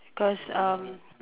because um